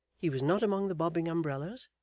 he was not among the bobbing umbrellas,